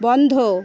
বন্ধ